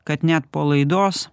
kad net po laidos